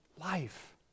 Life